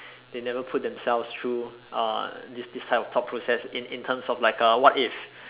they never put themselves through uh this this type of thought process in in terms of like a what if